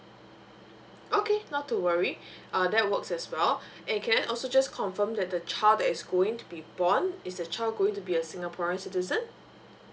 okay not to worry uh that works as well and can I also just confirm that the child that is going to be born is the child going to be a singaporean citizen